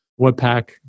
Webpack